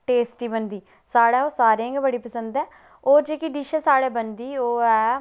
tasty बनदी साढ़े सारें गी गै पसंद ऐ ओह् डिश जेह्की साढ़े बनदी ओह् ऐ